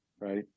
right